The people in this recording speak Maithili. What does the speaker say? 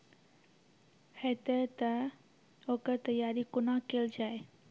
हेतै तअ ओकर तैयारी कुना केल जाय?